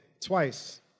twice